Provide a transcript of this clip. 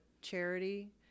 charity